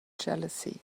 jealousy